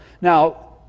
Now